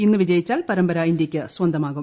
ഇന്ന് വിജയിച്ചാൽ പരമ്പര ഇന്ത്യയ്ക്ക് സ്വന്തമാകും